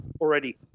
already